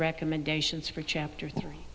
recommendations for chapter three